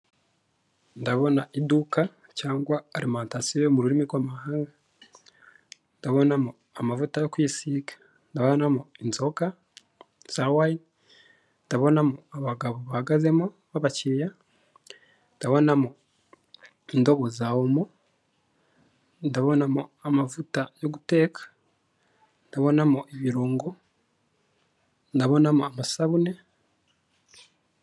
Ndabona iduka cyangwa alimantasiyo mu rurimi rw'amahanga, ndabonamo amavuta yo kwisiga, ndabanamo inzoga za wine, ndabonamo abagabo bahagazemo b'abakiriya, ndabonamo indobo za omo, ndabonamo amavuta yo guteka, ntabonamo ibirungo, ndabonamo amasabune.